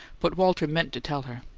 but walter meant to tell her.